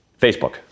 Facebook